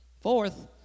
fourth